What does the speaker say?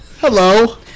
Hello